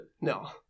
No